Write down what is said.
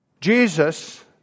Jesus